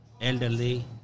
elderly